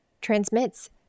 transmits